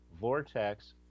vortex